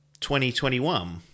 2021